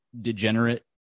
degenerate